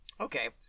Okay